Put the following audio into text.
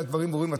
הדברים ברורים,